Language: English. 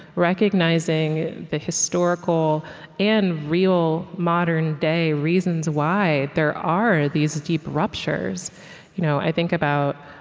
recognizing the historical and real, modern-day reasons why there are these deep ruptures you know i think about